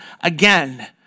again